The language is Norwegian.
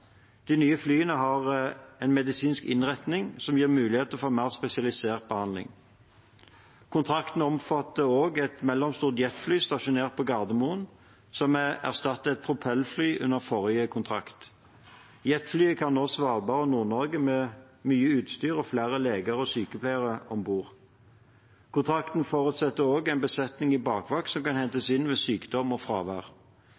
De nye flyene har en medisinsk innretning som gir mulighet for mer spesialisert behandling. Kontrakten omfatter også et mellomstort jetfly stasjonert på Gardermoen, som erstattet et propellfly under forrige kontrakt. Jetflyet kan nå Svalbard og Nord-Norge med mye utstyr og flere leger og sykepleiere om bord. Kontrakten forutsetter også en besetning i bakvakt som kan